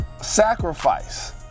sacrifice